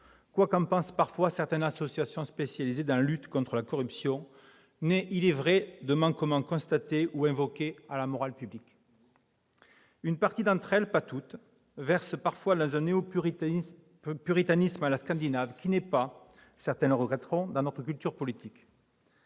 quoi qu'en pensent parfois certaines associations spécialisées dans la lutte contre la corruption, nées de manquements constatés ou invoqués à la morale publique. Une partie d'entre elles - pas toutes - versent parfois dans un néo-puritanisme à la scandinave, qui n'est pas, certains le regretteront, dans notre culture politique.